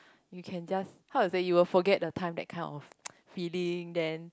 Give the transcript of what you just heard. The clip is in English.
you can just how to say you will forget the time that kind of feeling then